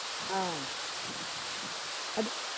ꯑ ꯑꯗꯨ